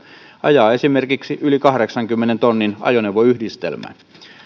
ajaa esimerkiksi yli kahdeksankymmenen tonnin ajoneuvoyhdistelmää